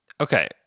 Okay